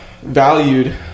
valued